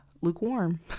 lukewarm